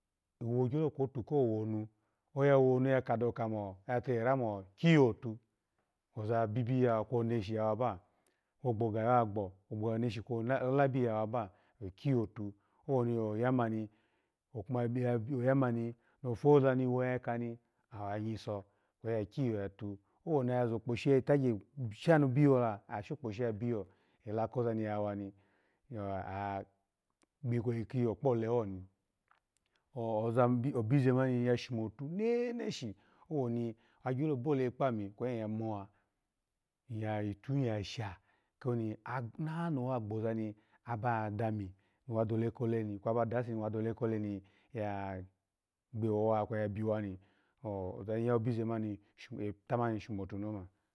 Iwo gyo kwotu kowonu oya kadawo kwote era mo kyiyotu oza bibi kwo neshi yawa owe ba kwo gbo oya kadawo kamo kyiyotu, owoni opoza niwo yakani awo ya nyiso ya kyiyotu woni oya zokposhi ya shabiy ola, oya zokposhi ya biyo ela kozani ya wani gbikweyi iyo polehoni obize ani ya shomatu neneshi woni bola kpami ni ya muwa atuhe yasha oni nanoha gboza abadami ni wadole kole kalase ni wa da kole ni ya gbeho ha ni kwasu ni ya biwani oza niya wa bize eta mani shomotuni oma.